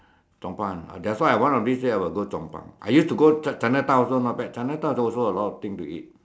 Chong-Pang that's why one of these days I will go Chong-Pang I used to go ch~ Chinatown also not bad Chinatown also a lot of thing to eat